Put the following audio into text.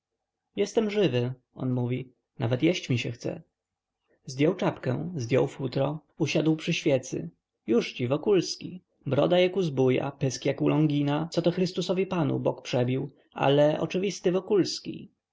jestem żywy on mówi nawet jeść mi się chce zdjął czapkę zdjął futro usiadł przy świecy jużci wokulski broda jak u zbója pysk jak u longina co to chrystusowi panu bok przebił ale oczywisty